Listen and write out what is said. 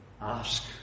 ask